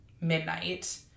midnight